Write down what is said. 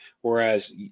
whereas